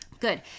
good